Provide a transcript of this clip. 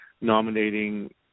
nominating